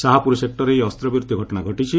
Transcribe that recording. ଶାହାପୁର ସେକ୍ଟରରେ ଏହି ଅସ୍ତ୍ରବିରତି ଘଟଣା ଘଟିଛି